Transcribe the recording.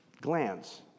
glands